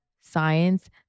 science